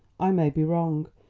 i may be wrong,